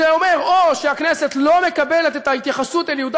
זה אומר: או שהכנסת לא מקבלת את ההתייחסות אל יהודה